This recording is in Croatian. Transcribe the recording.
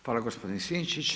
Hvala gospodine Sinčić.